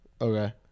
Okay